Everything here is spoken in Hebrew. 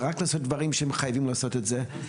ורק לעשות דברים שהם חייבים לעשות את זה,